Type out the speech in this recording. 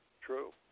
True